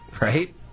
right